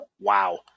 Wow